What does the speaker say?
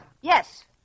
yes